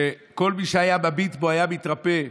שכל מי שהיה מביט בו היה מתרפא.